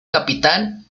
capitán